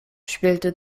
spielte